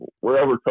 wherever